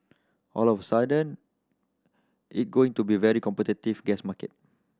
all of sudden it going to be very competitive gas market